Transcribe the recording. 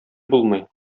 булмый